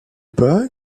pas